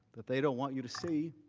that they don't want you to see